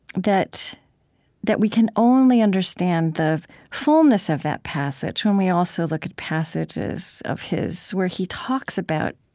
that that we can only understand the fullness of that passage when we also look at passages of his where he talks about